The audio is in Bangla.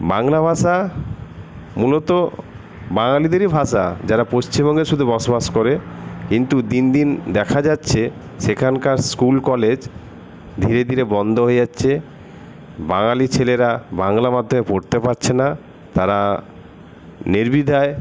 বাংলা ভাষা মূলত বাঙালিদেরই ভাষা যারা পশ্চিমবঙ্গে শুধু বসবাস করে কিন্তু দিন দিন দেখা যাচ্ছে সেখানকার স্কুল কলেজ ধীরে ধীরে বন্ধ হয়ে যাচ্ছে বাঙালি ছেলেরা বাংলা মাধ্যমে পড়তে পারছে না তারা নির্দ্বিধায়